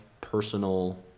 personal